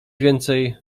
więcej